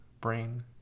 brain